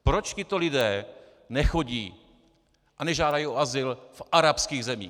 Proč tito lidé nechodí a nežádají o azyl v arabských zemích?